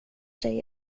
sig